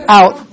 out